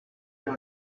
her